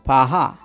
Paha